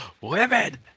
Women